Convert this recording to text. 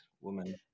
woman